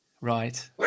right